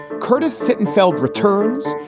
curtis sittenfeld returns.